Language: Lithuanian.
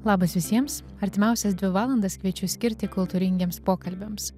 labas visiems artimiausias dvi valandas kviečiu skirti kultūringiems pokalbiams